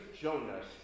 Jonas